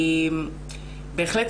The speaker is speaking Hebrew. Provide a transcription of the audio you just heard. בהחלט,